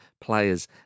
players